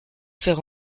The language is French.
faire